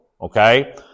Okay